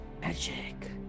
Magic